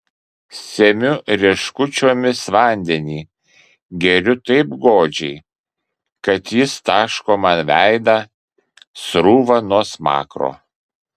semiu rieškučiomis vandenį geriu taip godžiai kad jis taško man veidą srūva nuo smakro